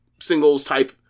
singles-type